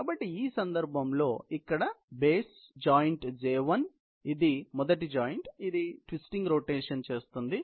కాబట్టి ఈ సందర్భంలో ఇక్కడ బేస్ ఉమ్మడి J1 ఇది మొదటి జాయింట్ ఇది ఈ ట్విస్టింగ్ రొటేషన్ చేస్తుంది